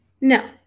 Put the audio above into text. No